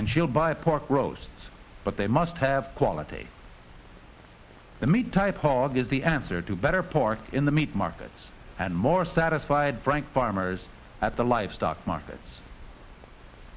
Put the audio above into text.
and she'll buy a pork roast but they must have quality the meat type hog is the answer to better pork in the meat market and more satisfied frank farmers at the livestock markets